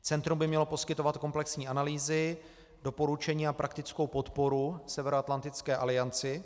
Centrum by mělo poskytovat komplexní analýzy, doporučení a praktickou podporu Severoatlantické alianci.